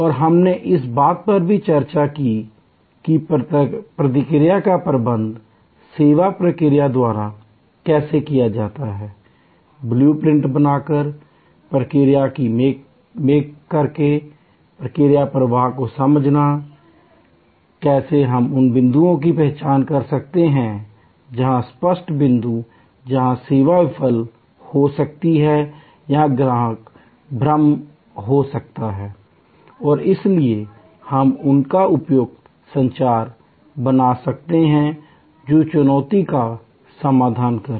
और हमने इस बात पर भी चर्चा की कि प्रक्रिया का प्रबंधन सेवा प्रक्रिया द्वारा कैसे किया जाता है ब्लू प्रिंट बनाकर प्रक्रिया को मैप करके प्रक्रिया प्रवाह को समझना कैसे हम उन बिंदुओं की पहचान कर सकते हैं जहां स्पर्श बिंदु जहां सेवा विफल हो सकती है या ग्राहक भ्रम हो सकता है और इसलिए हम उनका उपयुक्त संचार बना सकते है जो चुनौती का समाधान करें